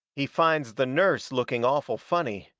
he finds the nurse looking awful funny,